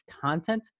content